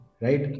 Right